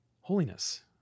holiness